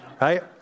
right